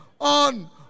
on